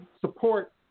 support